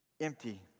Empty